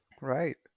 right